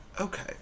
okay